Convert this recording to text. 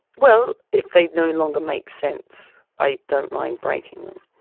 well, if they no longer make sense, i don't mind breaking them.